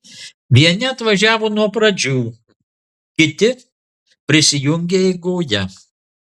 vieni atvažiavo nuo pradžių kiti prisijungė eigoje